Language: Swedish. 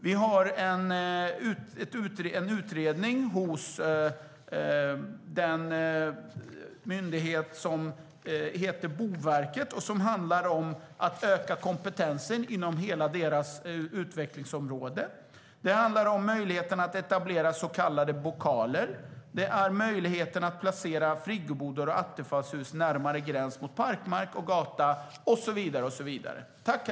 Vi har också en utredning som Boverket genomför och som handlar om att öka kompetensen inom hela dess utvecklingsområde. Det handlar om möjligheten att etablera så kallade bokaler, att placera friggebodar och Attefallshus närmare gräns mot parkmark och gata med mera.